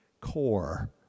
core